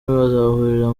bazahurira